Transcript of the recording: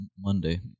Monday